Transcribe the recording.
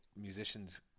musicians